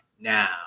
now